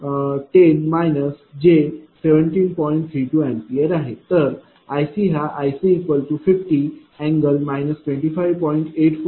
तर iC50∠ 25